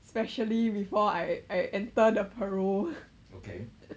especially before I enter the parole